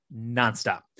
nonstop